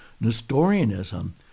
Nestorianism